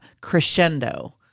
crescendo